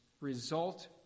result